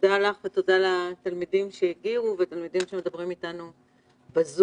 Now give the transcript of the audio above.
תודה לך ותודה לתלמידים שהגיעו ולתלמידים שמדברים איתנו בזום.